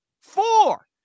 Four